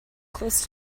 close